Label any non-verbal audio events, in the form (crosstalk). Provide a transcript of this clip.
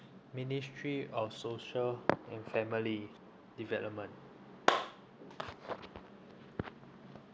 ministry of social and family development (noise)